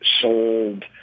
sold